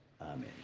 amen